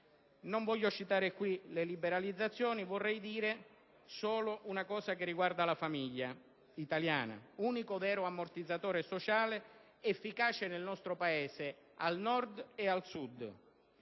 Non voglio citare qui le liberalizzazioni, ma voglio solo fare una considerazione sulla famiglia italiana, unico vero ammortizzatore sociale efficace nel nostro Paese, al Nord e al Sud.